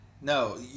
No